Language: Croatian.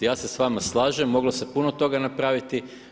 Ja se s vama slažem, moglo se puno toga napraviti.